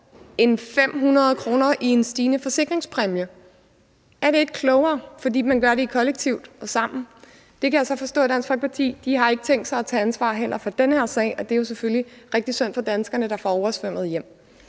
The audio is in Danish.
end 500 kr. i en stigende forsikringspræmie? Er det ikke klogere, fordi man gør det kollektivt og sammen? Jeg kan så forstå, at Dansk Folkeparti heller ikke har tænkt sig at tage ansvar for den her sag, og det er selvfølgelig rigtig synd for danskerne, der får oversvømmede hjem.